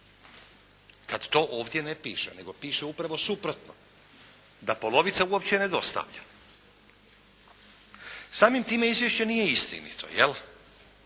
kad to ovdje ne piše nego piše upravo suprotno da polovica uopće ne dostavlja. Samim tim izvješće nije istinito. Ono